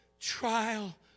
trial